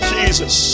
Jesus